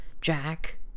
Jack